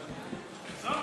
עייפים?